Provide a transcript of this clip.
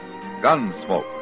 Gunsmoke